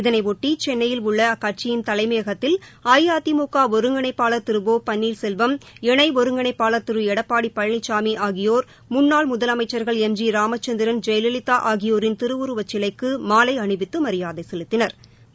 இதனைபொட்டி சென்னையில் உள்ள அக்கட்சியின் தலைமையகத்தில் அஇஅதிமுக ஒருங்கிணைப்பாள் திரு ஒ பன்னீர்செல்வம் இணை ஒருங்கிணைப்பாளர் திரு எடப்பாடி பழனிளமி ஆகியோர் முன்னாள் முதலமைச்சர்கள் ளம் ஜி ராமச்சந்திரன் ஜெயலலிதா ஆகியோரின் திருவுருவச்சிலைக்கு மாலை அணிவித்து மியாதை செலுத்தினா்